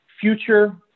future